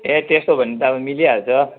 ए त्यसो भने त अब मिलिहाल्छ